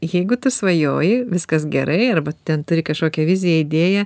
jeigu tu svajoji viskas gerai arba ten turi kažkokią viziją idėją